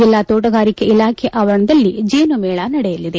ಜೆಲ್ಲಾ ತೋಟಗಾರಿಕೆ ಇಲಾಖೆಯ ಆವರಣದಲ್ಲಿ ಜೇನು ಮೇಳ ನಡೆಯಲಿದೆ